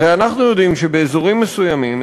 הרי אנחנו יודעים שבאזורים מסוימים,